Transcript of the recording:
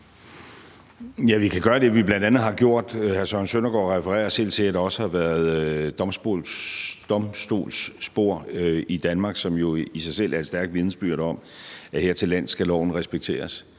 Vi kan gøre det, vi bl.a. har gjort. Hr. Søren Søndergaard refererer også selv til, at der har været domstolsspor i Danmark, som jo i sig selv er et stærkt vidnesbyrd om, at her til lands skal loven respekteres.